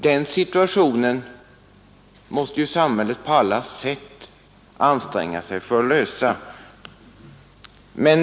Den situationen måste samhället på alla sätt anstränga sig för att reda upp.